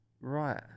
Right